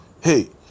hey